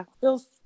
feels